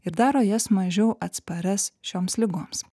ir daro jas mažiau atsparias šioms ligoms